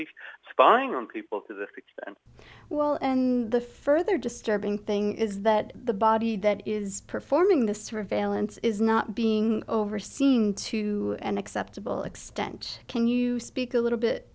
be spying on people to this extent well and the further disturbing thing is that the body that is performing the surveillance is not being overseen to an acceptable extent can you speak a little bit